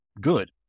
good